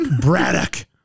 Braddock